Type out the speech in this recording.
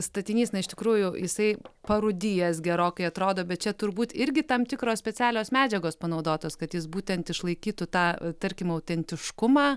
statinys na iš tikrųjų jisai parūdijęs gerokai atrodo bet čia turbūt irgi tam tikros specialios medžiagos panaudotos kad jis būtent išlaikytų tą tarkim autentiškumą